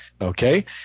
okay